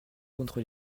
contre